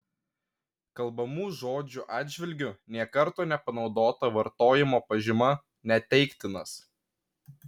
kalbamų žodžių atžvilgiu nė karto nepanaudota vartojimo pažyma neteiktinas